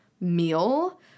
meal